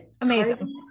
amazing